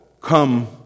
come